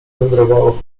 wędrowało